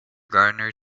gardener